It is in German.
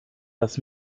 das